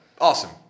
Awesome